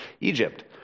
Egypt